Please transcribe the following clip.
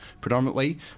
predominantly